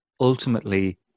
ultimately